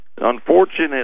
Unfortunately